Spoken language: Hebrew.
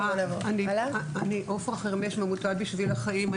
אני עפרה חרמש, עמותת בשביל החיים.